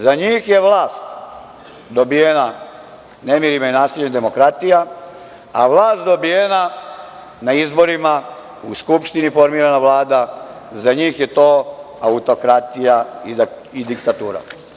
Za njih je vlast dobijena nemirima i nasiljem demokratija, a vlast dobijena na izborima, u Skupštini formirana Vlada, za njih je to autokratija i diktatura.